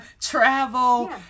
travel